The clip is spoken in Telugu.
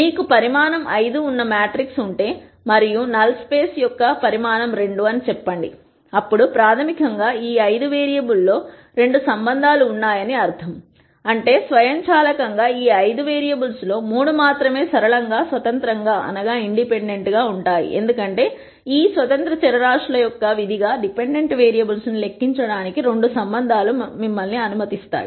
మీకు పరిమాణం 5 ఉన్న మ్యాట్రిక్స్ ఉంటే మరియు శూన్య స్థలం యొక్క పరిమాణం 2 అని చెప్పండి అప్పుడు ప్రాథమికంగా ఈ 5 వేరియబుల్స్లో 2 సంబంధాలు ఉన్నాయని అర్థం అంటే స్వయంచాలకంగా ఈ 5 వేరియబుల్స్లో 3 మాత్రమే సరళంగా స్వతంత్రంగా ఉంటాయి ఎందుకంటే ఈ స్వతంత్ర చరరాశుల యొక్క విధిగా డిపెండెంట్ వేరియబుల్స్ను లెక్కించడానికి 2 సంబంధాలు మిమ్మల్ని అనుమతిస్తాయి